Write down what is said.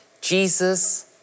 Jesus